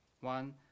one